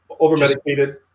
Overmedicated